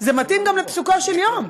זה מתאים גם ל"פסוקו של יום".